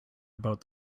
about